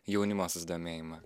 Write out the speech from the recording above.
jaunimo susidomėjimą